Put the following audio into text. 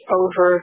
over